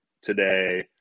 today